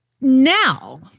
now